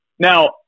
Now